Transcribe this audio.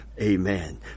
Amen